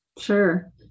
sure